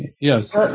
yes